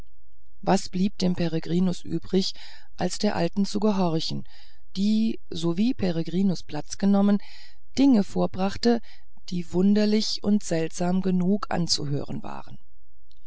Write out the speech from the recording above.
was blieb dem peregrinus übrig als der alten zu gehorchen die sowie peregrinus platz genommen dinge vorbrachte die wunderlich und seltsam genug anzuhören waren